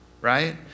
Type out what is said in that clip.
right